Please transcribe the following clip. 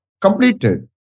completed